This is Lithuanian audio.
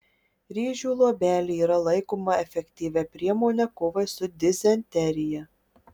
ryžių luobelė yra laikoma efektyvia priemone kovai su dizenterija